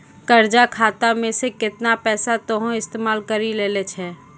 कर्जा खाता मे से केतना पैसा तोहें इस्तेमाल करि लेलें छैं